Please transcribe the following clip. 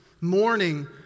Mourning